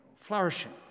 flourishing